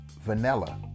vanilla